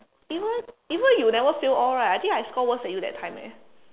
even even you never fail all right I think I score worse than you that time eh